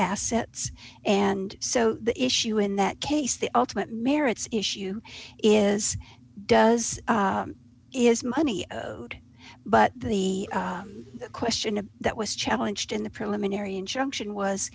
assets and so the issue in that case the ultimate merits issue is does is money but the question of that was challenged in the preliminary injunction was